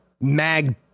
Mag